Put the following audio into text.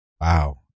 wow